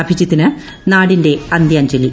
അഭിജിത്തിന് നാടിന്റെ അന്ത്യാഞ്ജലി